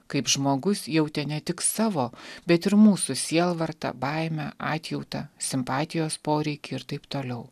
kaip žmogus jautė ne tik savo bet ir mūsų sielvartą baimę atjautą simpatijos poreikį ir taip toliau